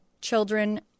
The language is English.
children